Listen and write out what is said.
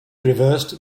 reversed